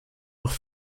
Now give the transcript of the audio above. auch